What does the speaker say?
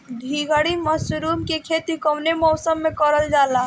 ढीघरी मशरूम के खेती कवने मौसम में करल जा?